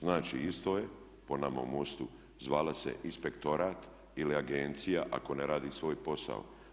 Znači, isto je po nama u MOST-u zvalo se inspektorat ili agencija ako ne radi svoj posao.